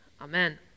amen